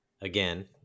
again